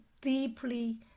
deeply